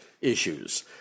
issues